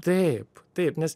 taip taip nes